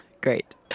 Great